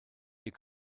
you